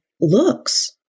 looks